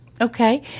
Okay